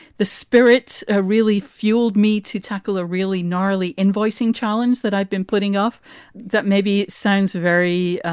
the spirit ah really fueled me to tackle a really gnarly invoicing challenge that i've been putting off that maybe signs very,